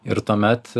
ir tuomet